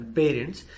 parents